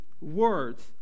words